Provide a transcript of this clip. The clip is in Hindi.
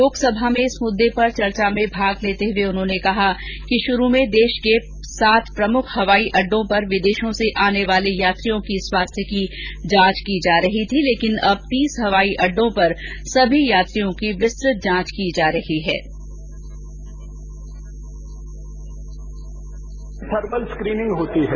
लोकसभा में इस मुद्दे पर चर्चा में भाग लेते हुए उन्होंने कहा कि शुरू में देश के सात प्रमुख हवाई अड्डों पर विदेशों से आने वाले यात्रियों की स्वास्थ्य जांच की जा रही थी लेकिन अब तीस हवाई अड्डों पर सभी यात्रियों की विस्तृत जांच की जा रही है